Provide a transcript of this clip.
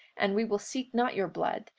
and we will seek not your blood,